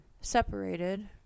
Separated